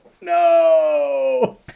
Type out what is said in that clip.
No